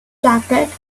jacket